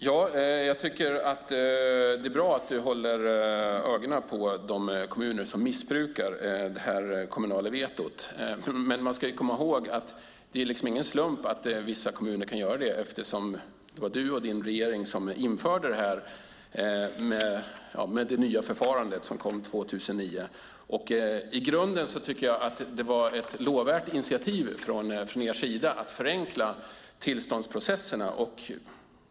Fru talman! Det är bra att du håller ögonen på de kommuner som missbrukar det kommunala vetot. Men man ska komma ihåg att det inte är någon slump att vissa kommuner kan göra det, eftersom det var du och din regering som införde det nya förfarandet, som kom 2009. I grunden tycker jag att det var ett lovvärt initiativ från er sida för att förenkla tillståndsprocesserna.